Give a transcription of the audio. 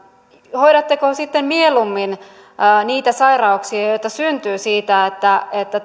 hoidatteko sitten mieluummin niitä sairauksia joita syntyy siitä että että